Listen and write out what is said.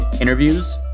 interviews